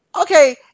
okay